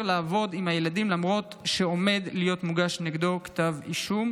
לעבוד עם הילדים למרות שעומד להיות מוגש נגדו כתב אישום.